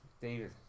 David